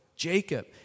Jacob